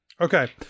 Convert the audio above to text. Okay